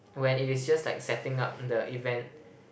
when it is just like setting up the event